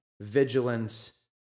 vigilance